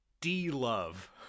D-Love